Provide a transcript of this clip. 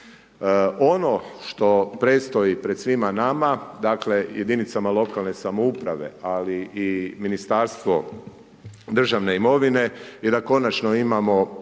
Ono što predstoji pred svima nama, dakle jedinicama lokalne samouprave ali i Ministarstvo državne imovine je da konačno imamo